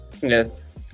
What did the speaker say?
Yes